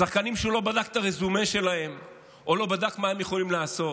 שחקנים שהוא לא בדק את הרזומה שלהם או לא בדק מה הם יכולים לעשות,